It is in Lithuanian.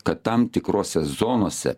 kad tam tikrose zonose